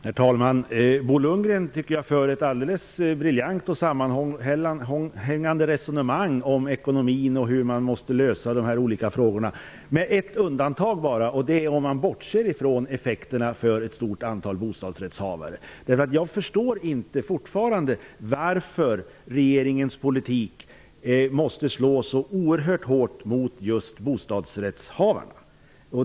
Herr talman! Jag tycker att Bo Lundgren för ett alldeles briljant och sammanhängande resonemang om ekonomin och om hur man skall lösa dessa olika frågor. Det enda undantaget gäller effekterna för ett stort antal bostadsrättshavare. Jag förstår fortfarande inte varför regeringens politik måste slå så oerhört hårt just mot bostadsrättshavarna.